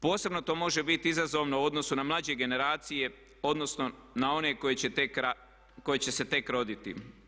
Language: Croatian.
Posebno to može biti izazovno u odnosu na mlađe generacije, odnosno na one koji će se tek roditi.